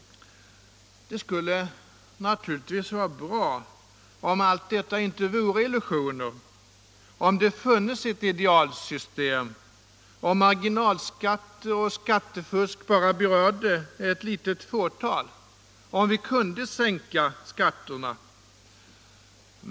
Det skulle naturligtvis vara bra om allt detta inte vore illusioner, om det funnes ett idealsystem, om marginalskatter och skattefusk bara berörde ett fåtal och om vi kunde sänka skatten.